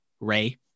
Ray